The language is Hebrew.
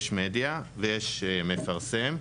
יש מדיה ויש מפרסם,